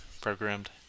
programmed